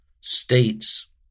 states